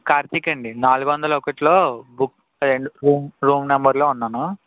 కార్తీక్ అండి నాలుగు వందల ఒకట్లో బుక్ అయిన రూమ్ నెంబర్లో ఉన్నాను